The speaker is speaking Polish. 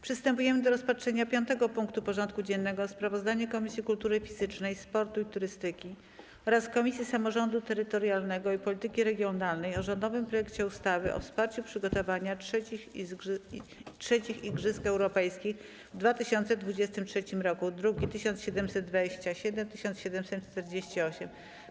Przystępujemy do rozpatrzenia punktu 5. porządku dziennego: Sprawozdanie Komisji Kultury Fizycznej, Sportu i Turystyki oraz Komisji Samorządu Terytorialnego i Polityki Regionalnej o rządowym projekcie ustawy o wsparciu przygotowania III Igrzysk Europejskich w 2023 roku (druki nr 1727 i 1748)